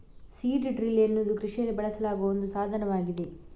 seed drill ಎನ್ನುವುದು ಕೃಷಿಯಲ್ಲಿ ಬಳಸಲಾಗುವ ಒಂದು ಸಾಧನವಾಗಿದೆ